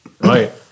Right